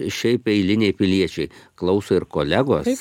šiaip eiliniai piliečiai klauso ir kolegos